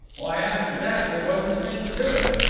why, after that there wasn't a thing to it.